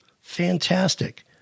Fantastic